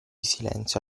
silenzio